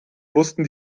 wussten